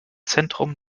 zentrum